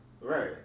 Right